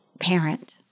parent